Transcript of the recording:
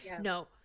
no